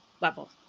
level